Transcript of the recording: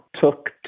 took